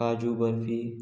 काजू बर्फी